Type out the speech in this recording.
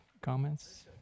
comments